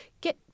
get